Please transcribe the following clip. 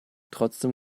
trotzdem